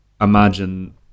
imagine